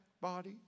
body